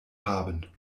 haben